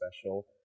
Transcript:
special